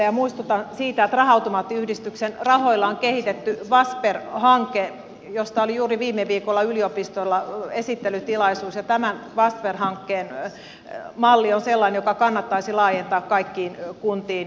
muistutan siitä että raha automaattiyhdistyksen rahoilla on kehitetty fasper hanke josta oli juuri viime viikolla yliopistolla esittelytilaisuus ja tämän fasper hankkeen malli on sellainen joka kannattaisi laajentaa kaikkiin kuntiin